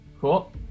Cool